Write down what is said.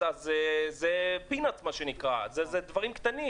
אז זה דברים קטנים.